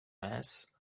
mass